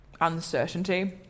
uncertainty